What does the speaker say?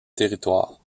territoire